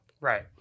right